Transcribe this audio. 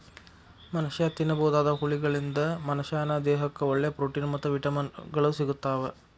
ಮನಷ್ಯಾ ತಿನ್ನಬೋದಾದ ಹುಳಗಳಿಂದ ಮನಶ್ಯಾನ ದೇಹಕ್ಕ ಒಳ್ಳೆ ಪ್ರೊಟೇನ್ ಮತ್ತ್ ವಿಟಮಿನ್ ಗಳು ಸಿಗ್ತಾವ